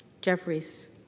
Jeffries